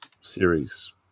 series